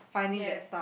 yes